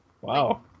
wow